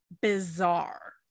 bizarre